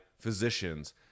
physicians